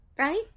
right